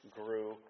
grew